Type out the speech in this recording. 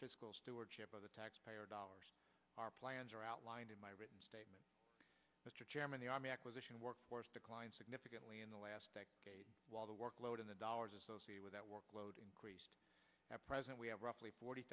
fiscal stewardship of the taxpayer dollars our plans are outlined in my written statement mr chairman the army acquisition workforce declined significantly in the last while the workload in the dollars associated with that workload increased at present we have roughly forty